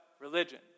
religion